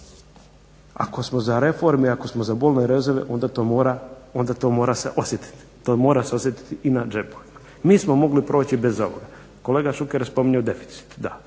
ako smo za reforme i ako smo za bolne rezove onda to mora se osjetiti. To mora se osjetiti i na džepovima. Mi smo mogli proći bez ovoga. Kolega Šuker je spominjao deficit.